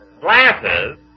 Glasses